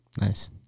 nice